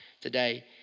today